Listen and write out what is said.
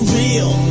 real